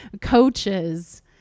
coaches